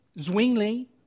Zwingli